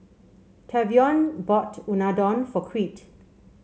Tavion bought Unadon for Creed